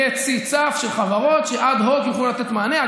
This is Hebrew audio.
יהיה צי צף של חברות שאד-הוק יוכלו לתת מענה,